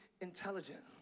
intelligent